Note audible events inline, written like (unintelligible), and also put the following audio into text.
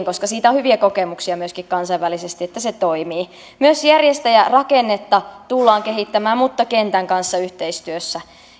(unintelligible) koska siitä on hyviä kokemuksia myöskin kansainvälisesti että se toimii myös järjestäjärakennetta tullaan kehittämään mutta kentän kanssa yhteistyössä